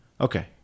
Okay